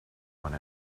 one